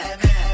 man